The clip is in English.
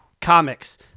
Comics